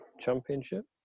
championship